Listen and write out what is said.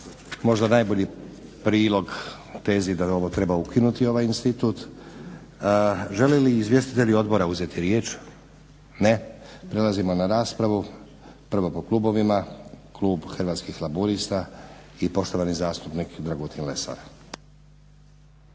Možda najbolji prilog tezi da ovo treba ukinuti ovaj institut. Žele li izvjestitelji odbora uzeti riječ? Ne. Prelazimo na raspravu. Prvo po klubovima. Klub Hrvatskih laburista i poštovani zastupnik Dragutin Lesar.